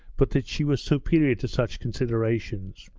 but that she was superior to such considerations.